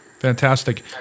Fantastic